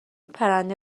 پرنده